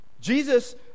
Jesus